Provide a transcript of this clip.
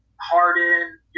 Harden